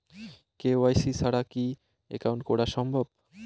KYC ছাড়া কি account করা সম্ভব?